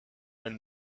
elle